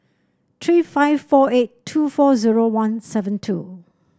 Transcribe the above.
three five four eight two four zero one seven two